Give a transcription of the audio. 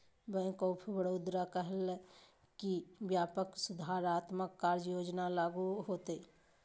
bank of Baroda कहलकय कि व्यापक सुधारात्मक कार्य योजना लागू होतय